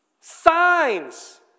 Signs